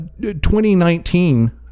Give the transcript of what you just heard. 2019